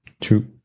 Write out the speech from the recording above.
true